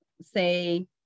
say